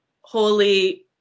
holy